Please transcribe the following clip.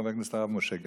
חבר הכנסת הרב משה גפני.